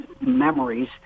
memories